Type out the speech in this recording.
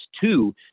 Two